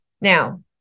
now